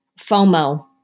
FOMO